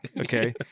okay